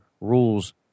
rules